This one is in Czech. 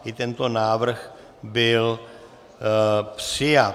I tento návrh byl přijat.